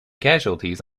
casualties